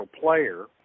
player